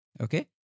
okay